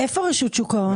איפה רשות שוק ההון פה?